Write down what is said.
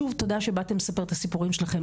שוב תודה שבאתן לספר את הסיפורים שלכן,